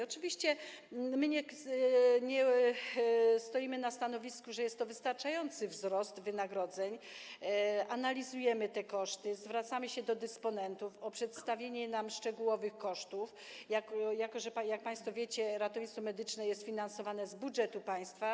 Oczywiście nie stoimy na stanowisku, że jest to wystarczający wzrost wynagrodzeń, analizujemy te koszty, zwracamy się do dysponentów o przedstawienie nam szczegółowych kosztów, jako że, jak państwo wiecie, ratownictwo medyczne jest finansowane z budżetu państwa.